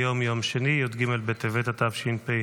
היום יום שני י"ג בטבת התשפ"ה,